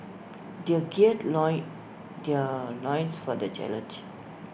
they gird loin their loins for the challenge